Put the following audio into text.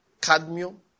cadmium